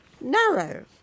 narrow